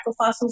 microfossils